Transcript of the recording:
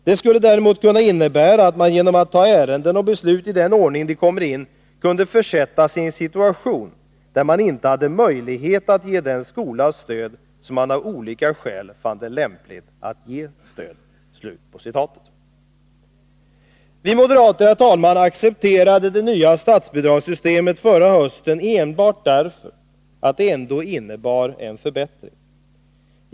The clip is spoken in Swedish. Det skulle däremot kunna innebära att man genom att ta ärenden och beslut i den ordning de kommer in kunde försätta sig i en situation där man inte hade möjlighet att ge den skola stöd som man av olika skäl fann det lämpligt att ge stöd.” Herr talman! Vi moderater accepterade det nya statsbidragssystemet förra hösten enbart därför att det ändå innebar en förbättring.